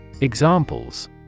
Examples